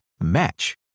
match